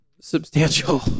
substantial